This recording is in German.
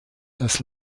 das